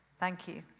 thank you.